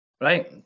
right